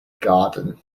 garden